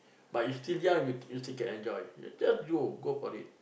but you still young you you still can enjoy just you go for it